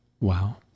Wow